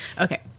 okay